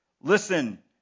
listen